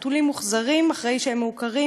החתולים מוחזרים אחרי שהם מעוקרים,